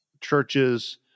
churches